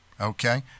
Okay